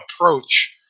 approach